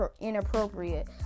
inappropriate